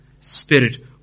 spirit